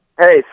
hey